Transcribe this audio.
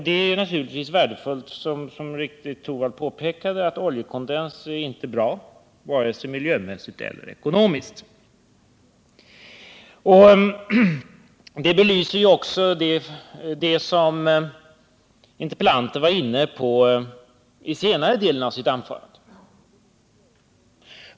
Det är naturligtvis värdefullt, som Rune Torwald mycket riktigt påpekade, eftersom oljekondens inte är bra vare sig miljömässigt eller ekonomiskt. Det belyser också det som interpellanten var inne på i senare delen av sitt anförande.